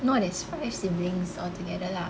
no there's five siblings altogether lah